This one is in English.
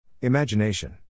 Imagination